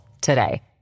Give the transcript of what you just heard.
today